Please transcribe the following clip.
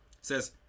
says